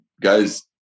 guys